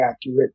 accurate